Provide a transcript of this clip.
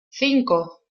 cinco